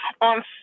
On